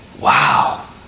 Wow